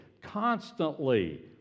constantly